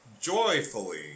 joyfully